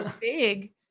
big